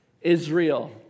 Israel